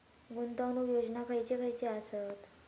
गुंतवणूक योजना खयचे खयचे आसत?